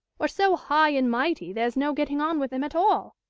or so high and mighty there's no getting on with them at all.